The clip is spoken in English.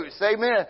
amen